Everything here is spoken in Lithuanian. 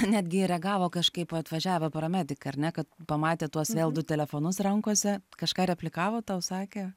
netgi reagavo kažkaip atvažiavę paramedikai ar ne kad pamatė tuos vėl du telefonus rankose kažką replikavo tau sakė